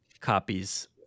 copies